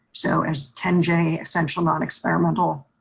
so as ten j essential, non experimental,